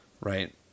right